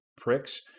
pricks